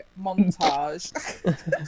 montage